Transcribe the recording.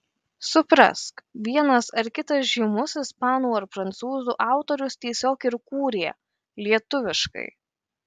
suprask vienas ar kitas žymus ispanų ar prancūzų autorius tiesiog ir kūrė lietuviškai